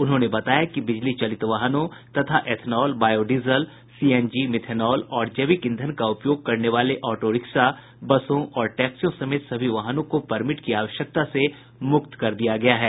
उन्होंने बताया कि बिजली चालित वाहनों तथा एथनॉल बायोडीजल सीएनजी मिथेनॉल और जैविक ईंधन का उपयोग करने वाले ऑटो रिक्शा बसों और टैक्सियों समेत सभी वाहनों को परमिट की आवश्यकता से मुक्त कर दिया गया है